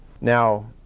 now